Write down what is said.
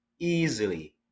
Easily